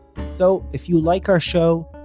so, if you like our show,